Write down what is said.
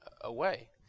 away